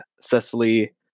Cecily